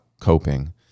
coping